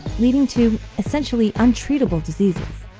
leading to essentially untreatable diseases.